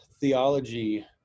theology –